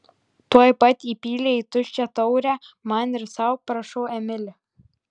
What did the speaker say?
tuoj pat įpylė į tuščią taurę man ir sau prašau emili